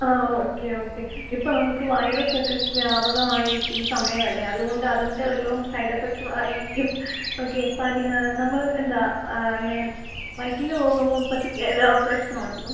ആ okay okay ഇപ്പം നമുക്ക് വൈറസക്കെ വ്യാപകമായിരിക്കുന്ന സമയമല്ലേ അതുകൊണ്ട് അതിന്റെ വല്ലതും സൈഡെഫക്റ്റും ആയിരിക്കും ഓക്കെ പനി നമ്മൾ എന്താ ഇങ്ങനെ വയറ്റീന്ന് പോകുമ്പം പട്ടിക്കെലോ പ്രശ്നമുണ്ടോ